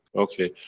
okay.